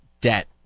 debt